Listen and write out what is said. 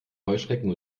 heuschrecken